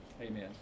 Amen